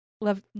Love